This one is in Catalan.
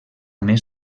més